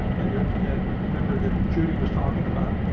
and then and remember that judy was talking about.